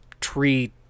tree